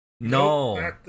no